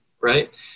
right